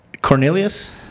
Cornelius